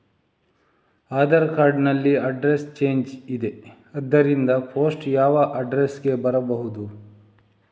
Aadhaar card ನಲ್ಲಿ address change ಇದೆ ಆದ್ದರಿಂದ ಪೋಸ್ಟ್ ಯಾವ ಅಡ್ರೆಸ್ ಗೆ ಬರಬಹುದು?